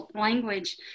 language